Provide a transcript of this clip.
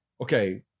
Okay